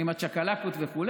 עם הצ'קלקות וכו',